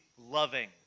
Loving